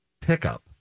pickup